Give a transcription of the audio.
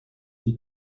die